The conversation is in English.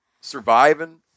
surviving